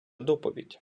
доповідь